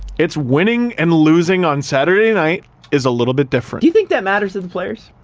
it's winning and losing on saturday night is a little bit different. you think that matters to the players?